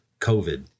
COVID